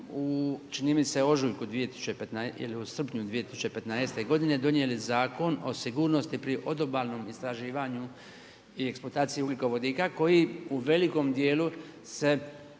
čini mi se u ožujku ili u srpnju 2015. godine donijeli Zakon o sigurnosti pri odobalnom istraživanju i eksploataciji ugljikovodika koji u velikom dijelu se